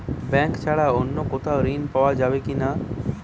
Bank ছাড়া অন্য কোথাও ঋণ পাওয়া যায় কি?